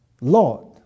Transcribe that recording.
Lord